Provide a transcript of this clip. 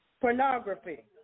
pornography